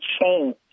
change